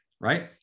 right